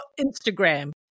Instagram